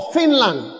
Finland